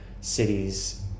cities